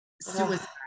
suicide